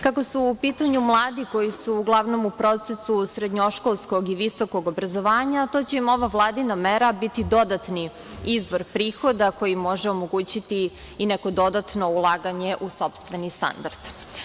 Kako su u pitanju mladi koji su uglavnom u procesu srednjoškolskog i visokog obrazovanja, zato će im ova vladina mera biti dodatni izvor prihoda koji može omogućiti i neko dodatno ulaganje u sopstveni standard.